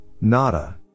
nada